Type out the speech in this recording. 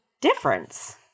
difference